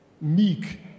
meek